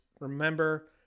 remember